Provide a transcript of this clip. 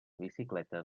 bicicletes